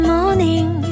Morning